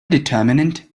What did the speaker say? determinant